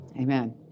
Amen